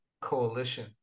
coalition